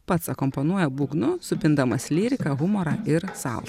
pats akompanuoja būgnu supindamas lyriką humorą ir salsą